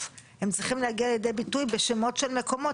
הם צריכים להגיע לידי ביטוי בשמות של מקומות.